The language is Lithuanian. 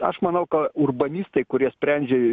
aš manau kad urbanistai kurie sprendžia